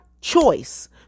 choice